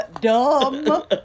dumb